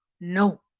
No